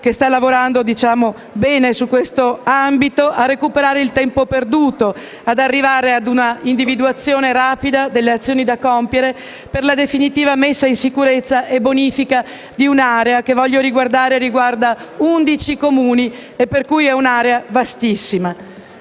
sta lavorando bene - è di recuperare il tempo perduto, arrivando a un'individuazione rapida delle azioni da compiere per la definitiva messa in sicurezza e bonifica di un'area che, voglio ricordare, riguarda 11 Comuni, quindi è vastissima.